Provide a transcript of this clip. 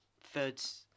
Thirds